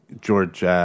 George